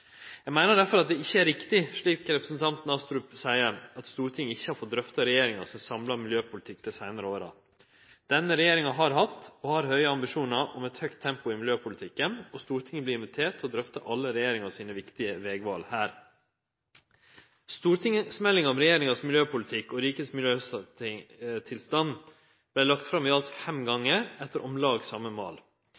Eg meiner derfor at det ikkje er riktig slik representanten Astrup seier, at Stortinget ikkje har fått drøfta regjeringas samla miljøpolitikk dei seinare åra. Denne regjeringa har hatt, og har, høge ambisjonar om eit høgt tempo i miljøpolitikken, og Stortinget vert invitert til å drøfte alle regjeringas viktige vegval her. Stortingsmeldinga om regjeringas miljøpolitikk og rikets miljøtilstand, RM, vart lagt fram i alt fem